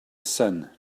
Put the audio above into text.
sun